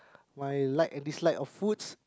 my like and dislike of foods